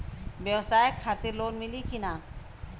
ब्यवसाय खातिर लोन मिली कि ना?